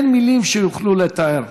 אין מילים שיוכלו לתאר,